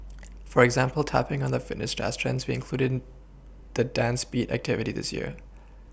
for example tapPing on the Fitness dance trends we included the dance beat activity this year